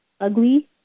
ugly